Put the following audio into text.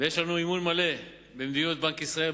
ויש לנו אמון מלא במדיניות בנק ישראל,